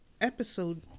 episode